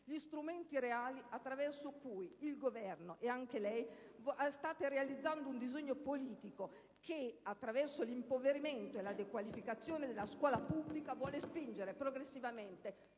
gli strumenti reali attraverso cui il Governo e anche lei state realizzando un disegno politico che, attraverso l'impoverimento e la dequalificazione della scuola pubblica, vuole spingere progressivamente